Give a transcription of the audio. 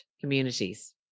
communities